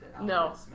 no